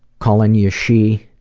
calling you she